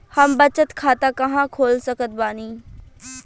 हम बचत खाता कहां खोल सकत बानी?